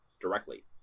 directly